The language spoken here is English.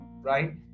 right